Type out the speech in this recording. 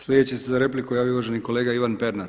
Sljedeći se za repliku javio uvaženi kolega Ivan Pernar.